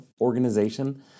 organization